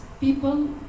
people